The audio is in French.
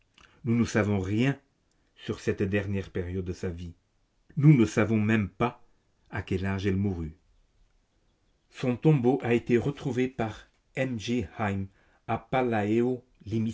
nous ne savons rien sur cette dernière période de sa vie nous ne savons même pas à quel âge elle mourut son tombeau a été retrouvé par m